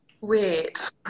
Wait